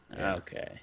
Okay